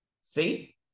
See